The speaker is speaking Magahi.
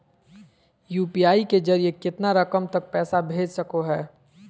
यू.पी.आई के जरिए कितना रकम तक पैसा भेज सको है?